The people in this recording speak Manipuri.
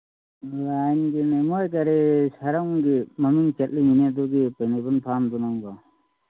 ꯀꯔꯤ ꯁꯔꯝꯒꯤ ꯃꯃꯤꯡ ꯆꯠꯂꯤꯝꯅꯤꯅꯦ ꯑꯗꯨꯒꯤ ꯄꯥꯏꯅꯦꯄꯜ ꯐꯥꯝꯗꯨ ꯅꯪꯕꯣ